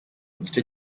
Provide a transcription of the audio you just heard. gice